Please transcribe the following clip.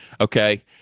Okay